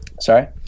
Sorry